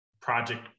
project